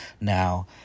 now